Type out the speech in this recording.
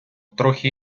трохи